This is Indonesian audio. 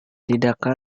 tidak